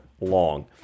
long